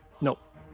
Nope